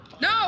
No